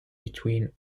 between